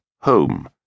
home